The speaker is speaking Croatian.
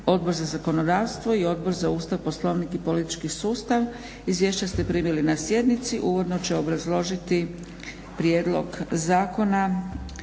Odbor za zakonodavstvo i Odbor za Ustav, Poslovnik i politički sustav. Izvješća ste primili na sjednici. Uvodno će obrazložiti prijedlog zakona